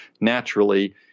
naturally